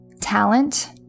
Talent